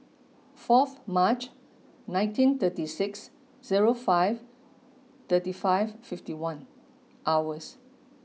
fourth March nineteen thirty six zero five thirty five fifty one hours